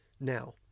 Now